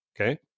okay